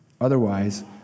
Otherwise